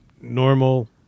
normal